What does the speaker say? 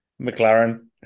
McLaren